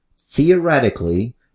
theoretically